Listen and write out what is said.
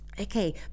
Okay